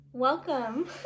Welcome